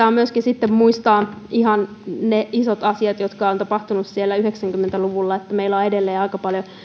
on sitten myöskin muistaa ihan ne isot asiat jotka ovat tapahtuneet siellä yhdeksänkymmentä luvulla että meillä on edelleen aika paljon